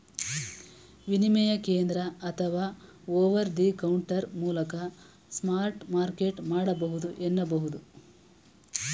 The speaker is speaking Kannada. ವಿನಿಮಯ ಕೇಂದ್ರ ಅಥವಾ ಓವರ್ ದಿ ಕೌಂಟರ್ ಮೂಲಕ ಸ್ಪಾಟ್ ಮಾರ್ಕೆಟ್ ಮಾಡಬಹುದು ಎನ್ನುಬಹುದು